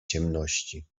ciemności